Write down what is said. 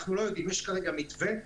יש כרגע מתווה,